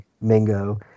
mingo